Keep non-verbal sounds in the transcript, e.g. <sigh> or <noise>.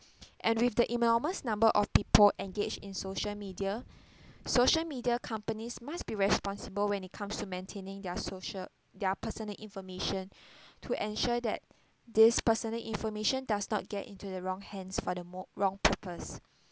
and with the enormous number of people engage in social media <breath> social media companies must be responsible when it comes to maintaining their social their personal information <breath> to ensure that this personal information does not get into the wrong hands for the more wrong purpose